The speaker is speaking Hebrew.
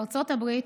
ארצות הברית,